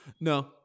No